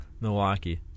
Milwaukee